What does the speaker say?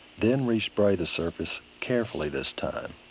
then re-spray the surface carefully this time.